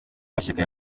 mashyaka